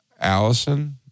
Allison